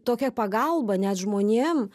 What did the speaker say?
tokia pagalba net žmonėm